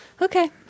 Okay